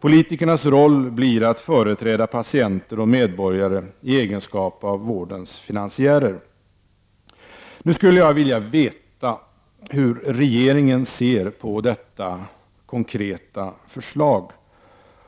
Politikernas roll blir att företräda patienter och medborgare i egenskap av vårdens finansiärer. Nu skulle jag vilja veta hur regeringen ser på detta konkreta förslag